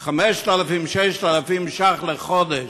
5,000, 6,000 ש"ח לחודש?